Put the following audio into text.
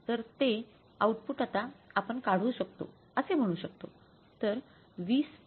तर ते आउटपुट आता आपण काढू शकतो असे म्हणू शकतो